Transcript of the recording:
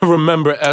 Remember